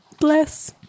Bless